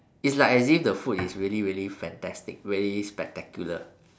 it's like as if the food is really really fantastic really spectacular